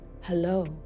Hello